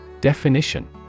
Definition